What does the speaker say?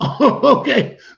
Okay